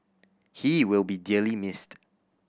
he will be dearly missed